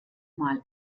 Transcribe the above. mal